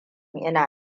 ina